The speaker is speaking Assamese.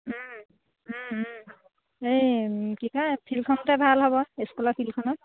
এই কি কয় ফিল্ডখনতে ভাল হ'ব স্কুলৰ ফিল্ডখনত